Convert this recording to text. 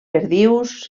perdius